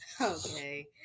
Okay